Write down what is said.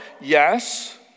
Yes